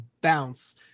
bounce